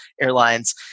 airlines